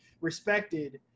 respected